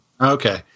Okay